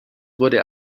wurde